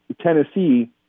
Tennessee